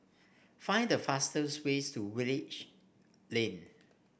find the fastest ways to Woodleigh Lane